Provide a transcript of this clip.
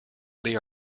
they